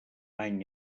any